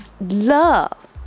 love